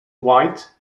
white